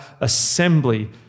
assembly